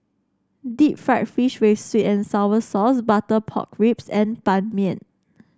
Deep Fried Fish with sweet and sour sauce Butter Pork Ribs and Ban Mian